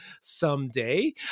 someday